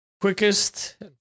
quickest